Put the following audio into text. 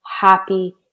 happy